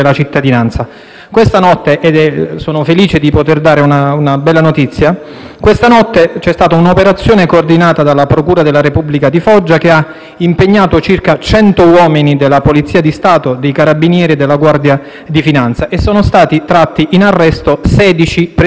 bella notizia - c'è stata un'operazione coordinata dalla procura della Repubblica di Foggia che ha impegnato circa 100 uomini della Polizia di Stato, dell'Arma dei carabinieri e della Guardia di finanza. Sono stati tratti in arresto 16 presunti appartenenti ai *clan* della mafia foggiana, tra cui i figli e nipoti